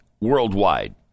worldwide